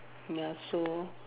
ya so